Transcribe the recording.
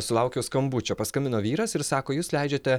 sulaukiau skambučio paskambino vyras ir sako jūs leidžiate